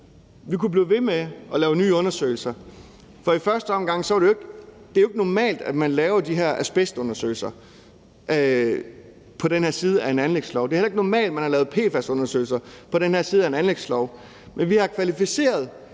man kunne blive ved med at lave nye undersøgelser. I første omgang er det jo ikke normalt, at man laver de her asbestundersøgelser på den her side af en anlægslov. Det er heller ikke normalt, at man har lavet PFAS-undersøgelser på den her side af en anlægslov. Vi har kvalificeret